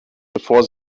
bevor